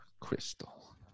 Crystal